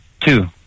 two